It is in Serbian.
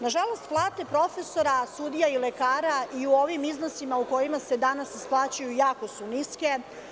Nažalost, plate profesora, sudija i lekara, u ovim iznosima u kojima se danas isplaćuju, jako su niske.